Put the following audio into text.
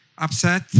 upset